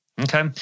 Okay